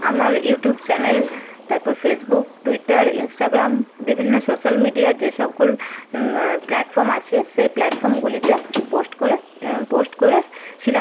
আমার YouTube channel তারপর Facebook Twitter Instagram বিভিন্ন সোশ্যাল মিডিয়া যে সকল প্লাটফর্ম আছে সেই প্লাটফর্মগুলিতে পোস্ট করে পোস্ট করেছিলাম